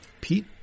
Pete